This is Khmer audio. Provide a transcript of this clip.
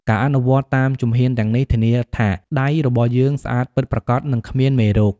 ការអនុវត្តតាមជំហានទាំងនេះ ធានាថាដៃរបស់យើងស្អាតពិតប្រាកដ និងគ្មានមេរោគ។